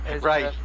Right